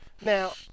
Now